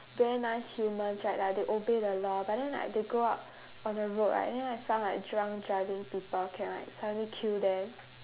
very nice humans right like they obey the law but then like they go out on the road right then like some like drunk driving people can like suddenly kill them